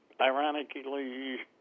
ironically